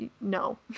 No